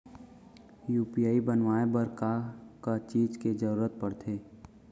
UPI बनाए बर का का चीज के जरवत पड़थे?